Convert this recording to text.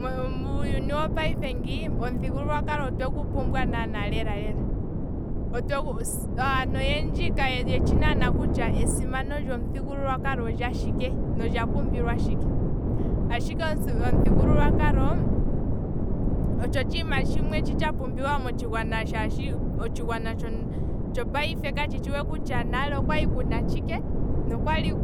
Muuyuni wo payife ngi omuthigululwa kalo otwegu pumbwa, aantu oyendji kayetshi lela kutya esimano lyomuthigululwa kalo olyashike, nolya pumbilwa tshike, ashike omuthigululwa kalo otsho otshiima tsha pumbiwa motshigwana shaashi otshigwana tsho payife katshi tshi we kutya nale okwali kuna tshike, nokwali,